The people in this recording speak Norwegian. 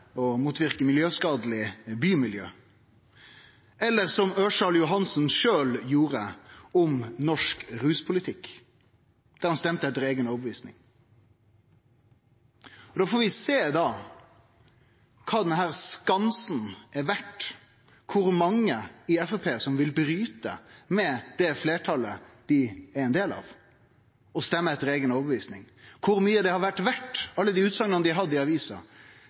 å motverke miljøskadelege bymiljø. Og Ørsal Johansen gjorde det sjølv i saka om norsk ruspolitikk då han stemte etter eiga overtyding. Vi får sjå kva denne skansen er verd. Kor mange er det i Framstegspartiet som vil bryte med det fleirtalet dei er ein del av, og stemme etter eiga overtyding? Kor mykje har det vore verdt, alle dei utsegnene dei har hatt i avisa,